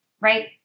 right